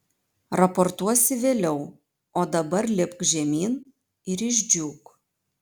raportuosi vėliau o dabar lipk žemyn ir išdžiūk